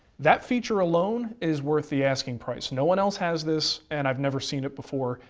that feature alone is worth the asking price. no one else has this and i've never seen it before,